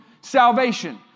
salvation